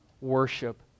worship